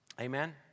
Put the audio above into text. Amen